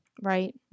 right